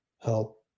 help